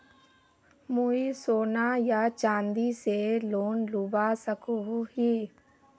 मुई सोना या चाँदी से लोन लुबा सकोहो ही?